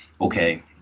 okay